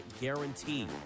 guarantee